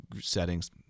settings